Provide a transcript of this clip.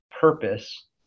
purpose